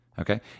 Okay